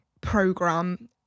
program